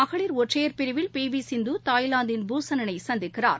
மகளிர் ஒற்றையர் பிரிவில் பி வி சிந்து தாய்லாந்தின் பூசனனை சந்திக்கிறார்